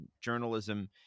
journalism